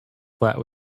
flat